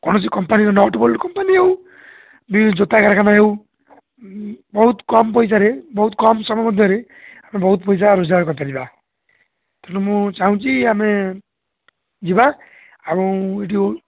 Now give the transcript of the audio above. କୌଣସି କମ୍ପାନୀର nut bolt company ହଉ ଜୋତା କାରାରଖାନା ହେଉ ବହୁତ କମ୍ ପଇସାରେ ବହୁତ କମ୍ ସମୟ ମଧ୍ୟରେ ଆମେ ବହୁତ ପଇସା ରୋଜଗାର କରିପାରିବା ତେଣୁ ମୁଁ ଚାହୁଁଛି ଆମେ ଯିବା ଆଉ ଏଇଠୁ